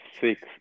six